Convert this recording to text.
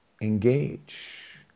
engage